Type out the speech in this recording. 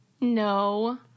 No